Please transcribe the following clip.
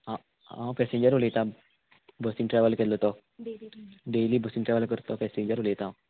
आं हांव पॅसेंजर उलयतां बसीन ट्रेवल केल्लो तो डेली बसीन ट्रेवल करता तो पॅसेंजर उलयतां हांव